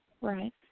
right